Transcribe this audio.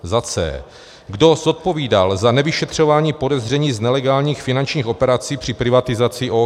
c) kdo zodpovídal za nevyšetřování podezření z nelegálních finančních operací při privatizaci OKD,